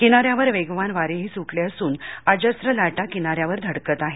किनाऱ्यावर वेगवान वारेही सुटले असून अजस्र लाटा किनाऱ्यावर धडकत आहेत